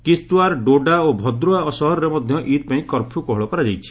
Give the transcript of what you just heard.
କିସ୍ତୱାଡ଼୍ ଡୋଡା ଓ ଭଦ୍ରୋଆ ସହରରେ ମଧ୍ୟ ଇଦ୍ପାଇଁ କର୍ଫ୍ୟୁ କୋହଳ କରାଯାଇଛି